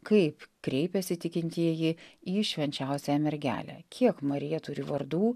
kaip kreipiasi tikintieji į švenčiausiąją mergelę kiek marija turi vardų